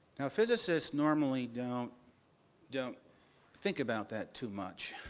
now, physicists normally don't don't think about that too much,